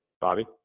Bobby